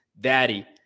daddy